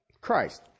Christ